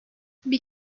bir